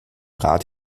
rad